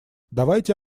давайте